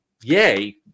yay